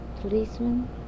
policeman